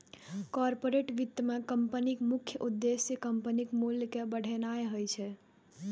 corporate वित्त मे कंपनीक मुख्य उद्देश्य कंपनीक मूल्य कें बढ़ेनाय होइ छै